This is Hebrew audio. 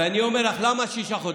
ואני אומר לך, למה שישה חודשים?